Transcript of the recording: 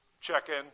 check-in